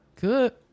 good